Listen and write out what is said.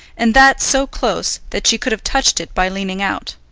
and that so close that she could have touched it by leaning out.